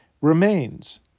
remains